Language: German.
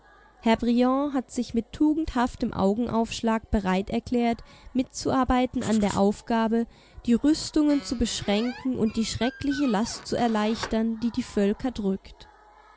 herr briand hat sich mit tugendhaftem augenaufschlag bereit erklärt mitzuarbeiten an der aufgabe die rüstungen zu beschränken und die schreckliche last zu erleichtern die die völker drückt